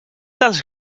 dels